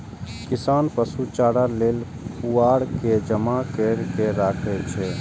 किसान पशु चारा लेल पुआर के जमा कैर के राखै छै